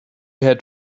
had